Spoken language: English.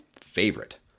favorite